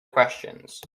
questions